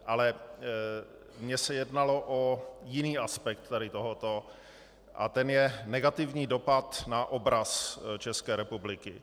Ale mně se jednalo o jiný aspekt tady tohoto a tím je negativní dopad na obraz České republiky.